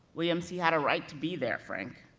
williams, he had a right to be there frank.